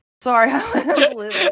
Sorry